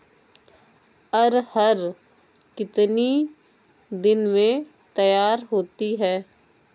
अरहर कितनी दिन में तैयार होती है?